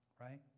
right